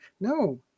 No